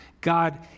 God